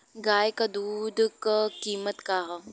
गाय क दूध क कीमत का हैं?